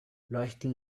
leuchten